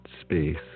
space